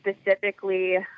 specifically